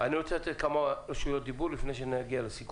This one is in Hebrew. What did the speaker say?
אני רוצה לתת את רשות הדיבור לעוד אנשים לפני שנגיע לסיכום.